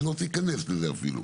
ואני לא רוצה להיכנס לזה אפילו.